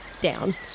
down